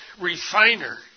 refiner